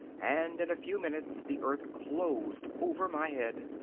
and in a few minutes the earth closed over my head.